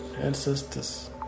ancestors